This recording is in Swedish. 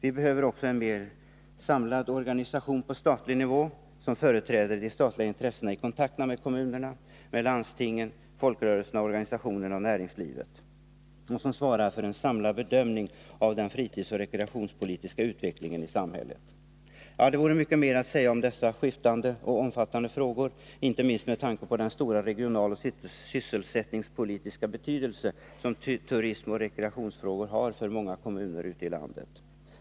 Vi behöver också en mer samlad organisation på statlig nivå, som företräder de statliga intressena i kontakterna med kommuner, landsting, folkrörelser, organisationer och näringsliv och som svarar för en samlad bedömning av den fritidsoch rekreationspolitiska utvecklingen i samhället. Det vore mycket mer att säga om dessa skiftande och omfattande frågor, inte minst med tanke på den stora regionaloch sysselsättningspolitiska betydelse som turism och rekreationsfrågor har för många kommuner ute i landet.